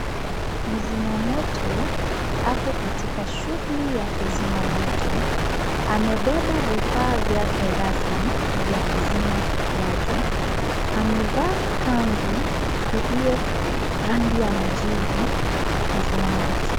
Mzimamoto ako katika shughuli ya kuzima moto. Amebeba vifaa vyake rasmi vya kuzima moto. Amevaa kanzu iliyo rangi ya majivu na samawati.